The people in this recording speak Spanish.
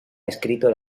escrito